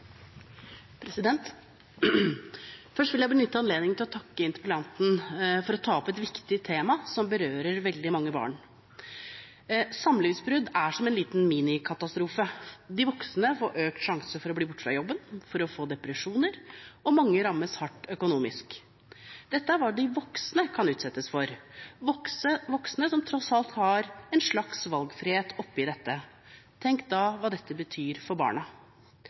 Først vil jeg benytte anledningen til å takke interpellanten for å ta opp et viktig tema som berører veldig mange barn. Samlivsbrudd er som en liten minikatastrofe. De voksne får økt sjanse for å bli borte fra jobben, for å få depresjoner, og mange rammes hardt økonomisk. Dette er hva de voksne kan utsettes for – voksne, som tross alt har en slags valgfrihet oppe i dette. Tenk da hva dette betyr for barna: